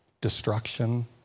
destruction